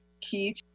key